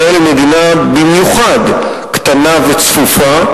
ישראל היא מדינה במיוחד קטנה וצפופה,